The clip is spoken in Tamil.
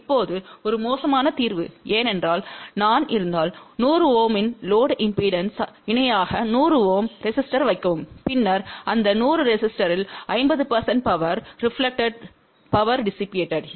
இப்போது அது ஒரு மோசமான தீர்வு ஏனென்றால் நான் இருந்தால் 100 Ω இன் லோடு இம்பெடன்ஸ்க்கு இணையாக 100 Ω ரெஸிஸ்டோரை வைக்கவும் பின்னர் அந்த 100 ரெஸிஸ்டோரில் 50 பவர் டெஸிபேட்டாகும்